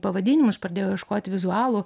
pavadinimus pradėjau ieškoti vizualų